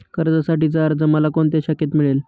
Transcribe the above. कर्जासाठीचा अर्ज मला कोणत्या शाखेत मिळेल?